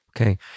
okay